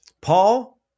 Paul